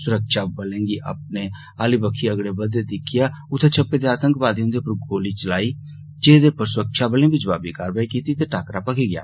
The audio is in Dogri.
सुरक्षाबलें गी अपने आली बक्खी अगड़े बघदे दिक्खियै उत्थें छप्पे दे आतंकवादिएं उंदे पर गोली चलाई जेह्दे पर सुरक्षाबलें बी जवाबी कारवाई कीती ते टाकरा भखी गेआ